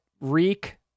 Reek